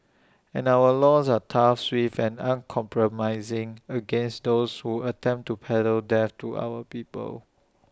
and our laws are tough swift and uncompromising against those who attempt to peddle death to our people